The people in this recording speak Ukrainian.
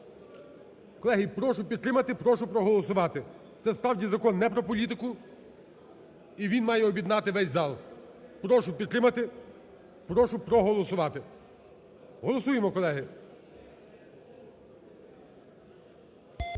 Колеги, прошу підтримати, прошу проголосувати. Це справді закон не про політику, і він має об'єднати весь зал. Прошу підтримати, прошу проголосувати, голосуємо, колеги.